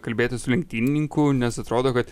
kalbėti su lenktynininku nes atrodo kad